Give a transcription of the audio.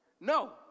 No